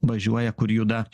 važiuoja kur juda